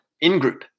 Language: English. in-group